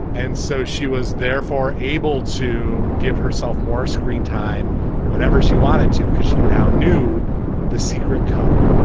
and so she was therefore able to give herself more screen time whenever she wanted to because she now knew the secret code.